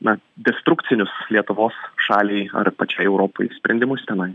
na destrukcinius lietuvos šaliai ar pačiai europai sprendimus tenai